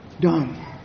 done